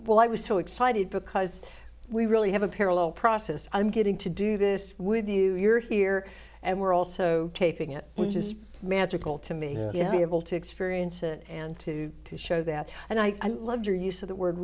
well i was so excited because we really have a parallel process i'm getting to do this with you you're here and we're also taping it which is magical to me you know be able to experience it and to to show that and i love your use of the word